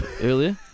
earlier